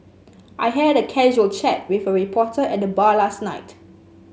I had a casual chat with a reporter at the bar last night